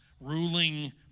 ruling